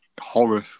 horror